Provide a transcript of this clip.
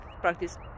practice